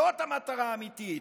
זאת המטרה האמיתית,